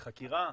לחקירה?